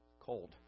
cold